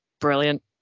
Brilliant